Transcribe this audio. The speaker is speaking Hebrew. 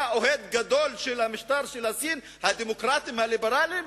אתה אוהד גדול של המשטר בסין, הדמוקרטים הליברלים?